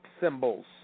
Symbols